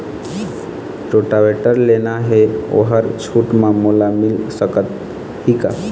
Rotavator लेना हे ओहर छूट म मोला मिल सकही का?